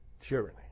tyranny